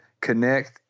connect